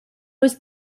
was